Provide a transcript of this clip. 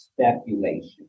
speculation